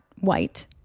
white